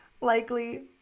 Likely